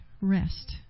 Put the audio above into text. rest